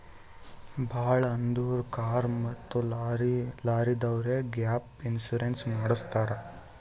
ಭಾಳ್ ಅಂದುರ್ ಕಾರ್ ಮತ್ತ ಲಾರಿದವ್ರೆ ಗ್ಯಾಪ್ ಇನ್ಸೂರೆನ್ಸ್ ಮಾಡುಸತ್ತಾರ್